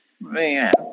man